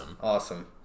Awesome